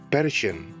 Persian